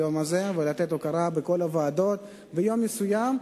היום הזה ולתת הוקרה בכל הוועדות ביום מסוים,